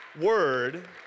word